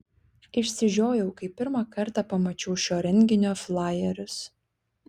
išsižiojau kai pirmą kartą pamačiau šio renginio flajerius